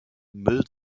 müll